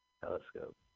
Telescope